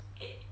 eh